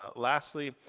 ah lastly,